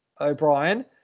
O'Brien